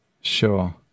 Sure